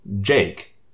Jake